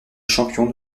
champion